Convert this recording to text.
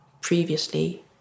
previously